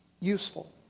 useful